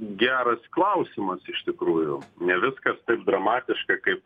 geras klausimas iš tikrųjų ne viskas taip dramatiška kaip